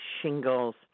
shingles